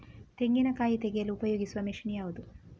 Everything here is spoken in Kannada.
ತೆಂಗಿನಕಾಯಿ ತೆಗೆಯಲು ಉಪಯೋಗಿಸುವ ಮಷೀನ್ ಯಾವುದು?